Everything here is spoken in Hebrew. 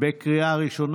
(תיקון מס' 33),